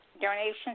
donations